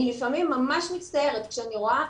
אני לפעמים ממש מצטערת עם דברים שאני רואה.